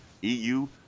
EU